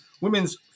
Women's